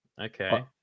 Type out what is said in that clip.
Okay